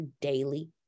daily